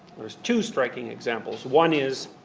there's two striking examples. one is